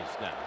now